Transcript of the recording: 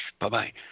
Bye-bye